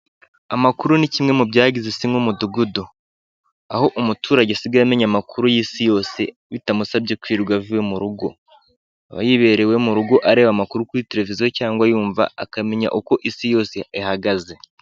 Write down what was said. Amakuru ni kimwe mu byagize isi nk'umudugudugu. Aho umuturage asigaye amenya amakuru y'isi yose bitamusabye kwirirwa ava iwe murugo, aba yibereye iwe murugo areba amakuru kuri televiziyo cyangwa ayumva akamenya uko isi yose ihagaze.